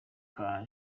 nka